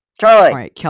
Charlie